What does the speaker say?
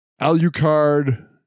Alucard